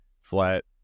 flat